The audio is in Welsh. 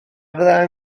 fyddai